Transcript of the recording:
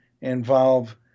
involve